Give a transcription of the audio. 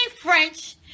French